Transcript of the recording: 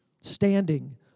standing